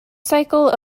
cycle